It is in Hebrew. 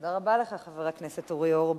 תודה רבה לך, חבר הכנסת אורי אורבך.